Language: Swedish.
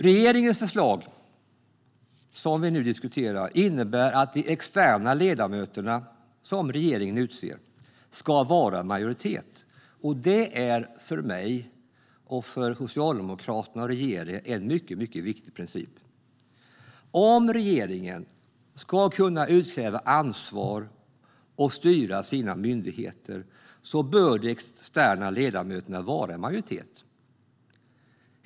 Regeringens förslag som vi nu diskuterar innebär att de externa ledamöterna som regeringen utser ska vara i majoritet. Det är för mig, för Socialdemokraterna och för regeringen en mycket viktig princip. Om regeringen ska kunna utkräva ansvar och styra sina myndigheter bör de externa ledamöterna vara i majoritet.